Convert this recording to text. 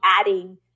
adding